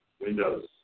windows